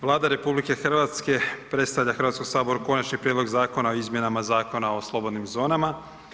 Vlada RH predstavlja Hrvatskome saboru Konačni prijedlog Zakona o izmjenama Zakona o slobodnim zonama.